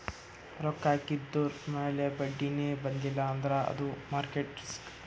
ರೊಕ್ಕಾ ಹಾಕಿದುರ್ ಮ್ಯಾಲ ಬಡ್ಡಿನೇ ಬಂದಿಲ್ಲ ಅಂದ್ರ ಅದು ಮಾರ್ಕೆಟ್ ರಿಸ್ಕ್